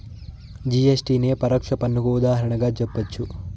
GST నే పరోక్ష పన్నుకు ఉదాహరణగా జెప్పచ్చు